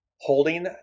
holding